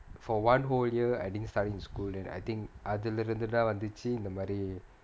for one whole year I didn't study in school then I think அதுல இருந்துதான் வந்துச்சு இந்த மாரி:athula irunthuthaan vanthuchu intha maari